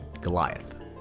Goliath